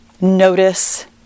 notice